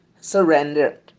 surrender